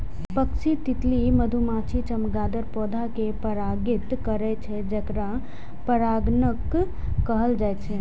पक्षी, तितली, मधुमाछी, चमगादड़ पौधा कें परागित करै छै, जेकरा परागणक कहल जाइ छै